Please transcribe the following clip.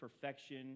perfection